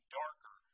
darker